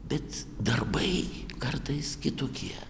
bet darbai kartais kitokie